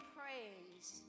praise